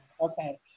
okay